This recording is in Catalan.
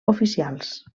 oficials